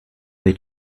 they